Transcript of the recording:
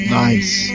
nice